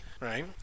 Right